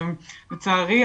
לצערי,